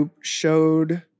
showed